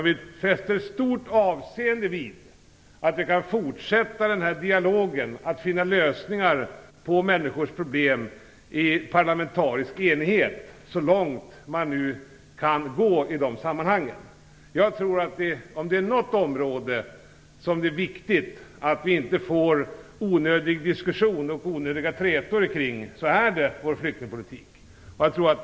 Vi fäster stort avseende vid möjligheterna att fortsätta denna dialog och att så långt så kan ske finna lösningar på människors problem i en parlamentarisk enighet. Om det finns något område där det är särskilt viktigt att inte få onödig diskussion och onödiga trätor, är det inom vår flyktingpolitik.